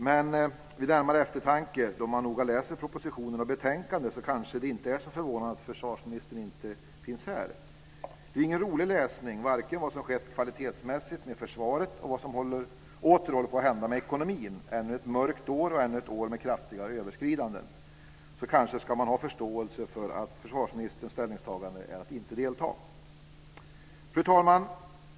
Men vid närmare eftertanke - då man noga läser propositionen och betänkandet - kanske det inte är så förvånande att försvarsministern inte finns här. Det är ingen rolig läsning, varken vad som skett kvalitetsmässigt med försvaret eller vad som åter håller på att hända med ekonomin, ännu ett mörkt år och ännu ett år med kraftiga överskridanden. Därför kanske man ska ha förståelse för att försvarsministerns ställningstagande är att inte delta. Fru talman!